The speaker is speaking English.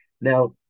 Now